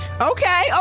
okay